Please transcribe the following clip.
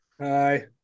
Hi